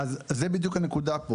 זו בדיוק הנקודה פה,